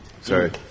Sorry